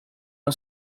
non